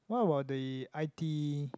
what about the i_t